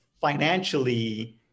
financially –